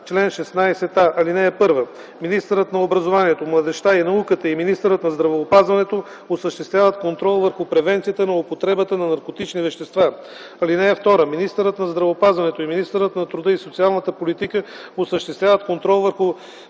чл. 16а: „Чл. 16а. (1) Министърът на образованието, младежта и науката и министърът на здравеопазването осъществяват контрол върху превенцията на употребата на наркотични вещества. (2) Министърът на здравеопазването и министърът на труда и социалната политика осъществяват контрол върху